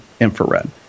infrared